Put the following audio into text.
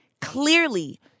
clearly